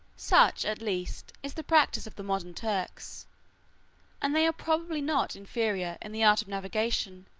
such, at least, is the practice of the modern turks and they are probably not inferior, in the art of navigation,